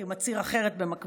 כי הוא מצהיר אחרת במקביל,